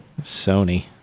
sony